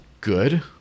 good